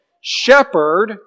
shepherd